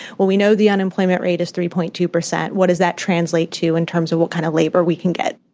well, we know the unemployment rate is three point two zero. what does that translate to, in terms of what kind of labor we can get?